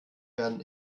werden